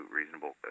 reasonable